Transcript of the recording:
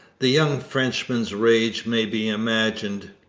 the young frenchman's rage may be imagined.